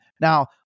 Now